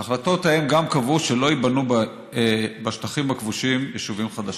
ההחלטות ההן גם קבעו שלא ייבנו בשטחים הכבושים יישובים חדשים.